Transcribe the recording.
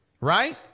right